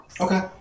Okay